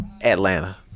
Atlanta